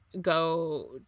go